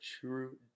true